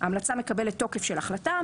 ההמלצה מקבלת תוקף של החלטה,